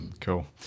Cool